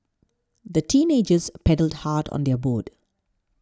the teenagers paddled hard on their boat